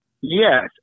Yes